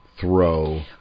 throw